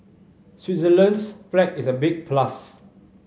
Switzerland's flag is a big plus